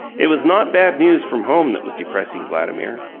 it was not bad news from home that was depressing vladimir.